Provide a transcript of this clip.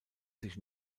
sich